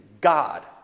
God